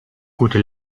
gute